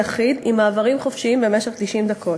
אחיד עם מעברים חופשיים במשך 90 דקות,